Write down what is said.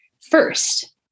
first